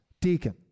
deacon